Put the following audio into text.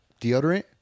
deodorant